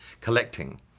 collecting